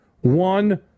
one